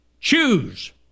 choose